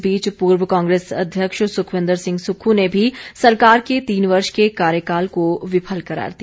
इस बीच पूर्व कांग्रेस अध्यक्ष सुक्रवविंद्र सिंह सुक्खू ने भी सरकार के तीन वर्ष के कार्यकाल को विफल करार दिया